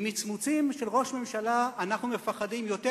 ממצמוצים של ראש ממשלה אנחנו מפחדים יותר